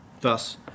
thus